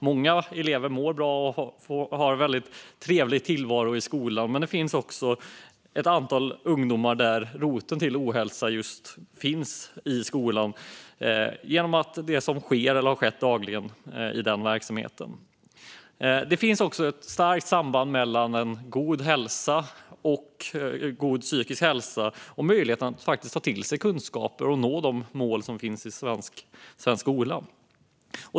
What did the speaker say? Många elever mår bra och har en väldigt trevlig tillvaro i skolan, men för ett antal ungdomar finns roten till ohälsa i skolan genom det som sker eller har skett dagligen i den verksamheten. Det finns också ett starkt samband mellan att ha god hälsa och god psykisk hälsa och att ha möjlighet att ta till sig kunskaper och nå de mål som finns i svensk skola.